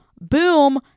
Boom